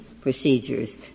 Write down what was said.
procedures